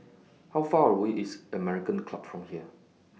How Far away IS American Club from here